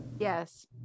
Yes